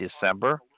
December